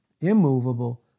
immovable